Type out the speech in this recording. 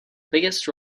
biggest